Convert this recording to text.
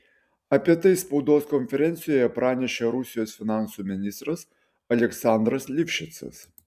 apie tai spaudos konferencijoje pranešė rusijos finansų ministras aleksandras livšicas